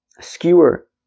skewer